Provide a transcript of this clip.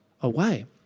away